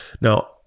Now